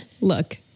Look